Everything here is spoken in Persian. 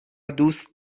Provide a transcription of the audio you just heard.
دوست